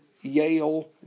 Yale